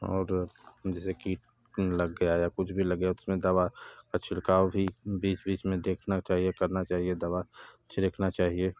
और जैसे कीट लग गया या कुछ भी लग गया तो उसमें दवा का छिड़काव भी बीच बीच में देखना चाहिए करना चाहिए दवा छिड़कना चाहिए